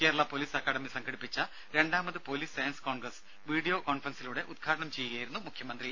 Kerala police academy സംഘടിപ്പിച്ച രണ്ടാമത് police science congress video കോൺഫറൻസിലൂടെ ഉദ്ഘാടനം ചെയ്യുകയായിരുന്നു അദ്ദേഹം